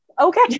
Okay